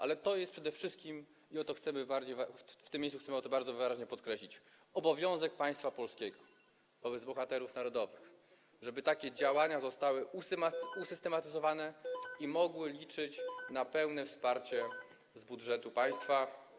Ale to jest przede wszystkim, i to chcemy w tym miejscu bardzo wyraźnie podkreślić, obowiązek państwa polskiego wobec bohaterów narodowych, żeby takie działania zostały usystematyzowane i mogły liczyć na pełne wsparcie z budżetu państwa.